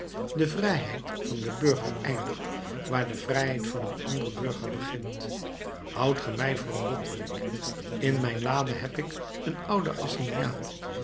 de vrijheid van den burger eindigt waar de vrijheid van een ander burger begint houdt ge mij voor een botterik in mijn lade heb ik een oude assignaat